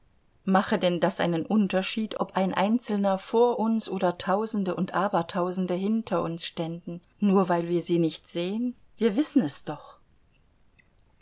mache denn das einen unterschied ob ein einzelner vor uns oder tausende und aber tausende hinter uns ständen nur weil wir sie nicht sehen wir wissen es doch